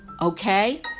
okay